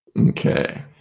Okay